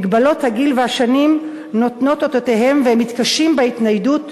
מגבלות הגיל והשנים נותנות אותותיהם והם מתקשים בהתניידות